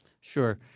Sure